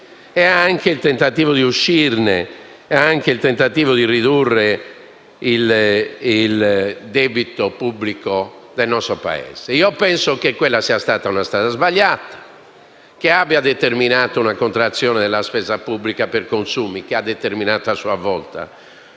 della crisi, il tentativo di uscirne e di ridurre il debito pubblico del nostro Paese. Penso che quella sia stata una strada sbagliata, che ha determinato una contrazione della spesa pubblica per consumi che ha causato, a sua volta,